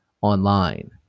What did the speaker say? online